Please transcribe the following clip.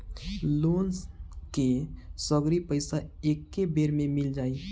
Loan के सगरी पइसा एके बेर में मिल जाई?